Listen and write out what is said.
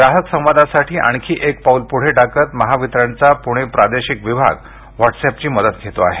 ग्राहक संवादासाठी आणखी एक पाऊल पुढे टाकत महावितरणचा पुणे प्रादेशिक विभाग व्हॉट्सअँपची मदत घेतो आहे